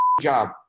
job